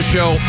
Show